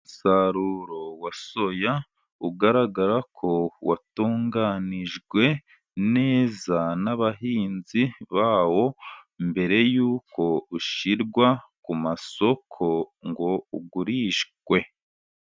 Umusaruro wa soya ugaragara ko watunganijwe neza n'abahinzi bawo mbere yuko ushyirwa ku masoko ngo ugurishwe.